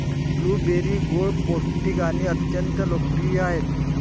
blueberry गोड, पौष्टिक आणि अत्यंत लोकप्रिय आहेत